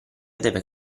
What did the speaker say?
deve